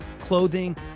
clothing